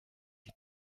die